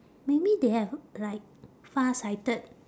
maybe they have like far-sighted